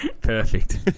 Perfect